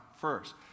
first